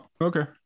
Okay